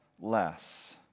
less